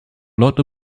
lot